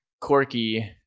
Quirky